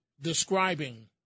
describing